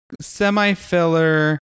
semi-filler